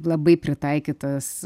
labai pritaikytas